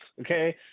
Okay